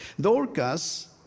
Dorcas